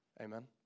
Amen